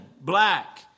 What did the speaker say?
black